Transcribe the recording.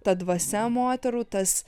ta dvasia moterų tas